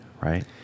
right